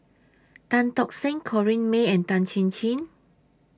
Tan Tock Seng Corrinne May and Tan Chin Chin